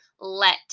let